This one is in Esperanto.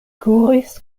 kuris